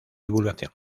divulgación